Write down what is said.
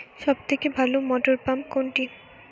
সবথেকে ভালো মটরপাম্প কোনটি?